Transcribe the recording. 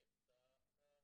את ההיקף,